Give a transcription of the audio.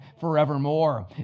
forevermore